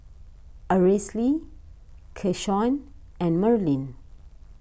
Aracely Keshawn and Merlene